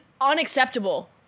unacceptable